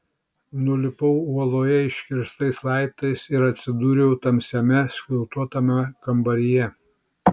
nulipau uoloje iškirstais laiptais ir atsidūriau tamsiame skliautuotame kambaryje